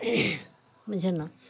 बुझलहुँ